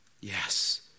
yes